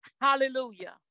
Hallelujah